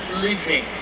living